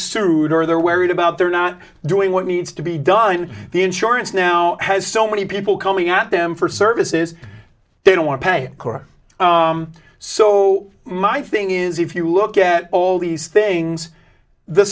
sued or they're wary about their not doing what needs to be done the insurance now has so many people coming at them for services they don't want to pay for so my thing is if you look at all these things the